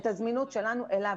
הזמינות שלנו אליו.